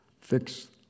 Fix